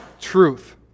truth